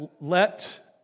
let